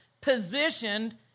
positioned